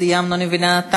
סיימנו, אני מבינה.